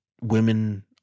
women